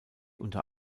unter